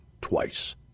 twice